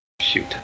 shoot